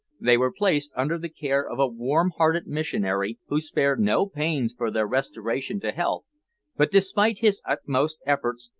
they were placed under the care of a warm-hearted missionary, who spared no pains for their restoration to health but despite his utmost efforts,